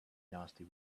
nasty